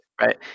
right